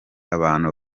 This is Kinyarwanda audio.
abantu